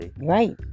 Right